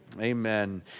Amen